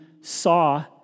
saw